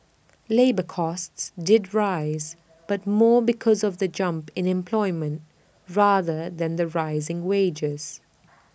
labour costs did rise but more because of the jump in employment rather than the rising wages